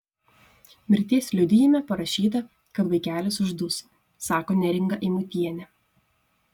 mirties liudijime parašyta kad vaikelis užduso sako neringa eimutienė